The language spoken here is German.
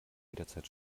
jederzeit